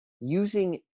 using